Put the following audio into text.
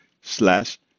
slash